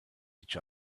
each